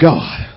God